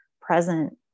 present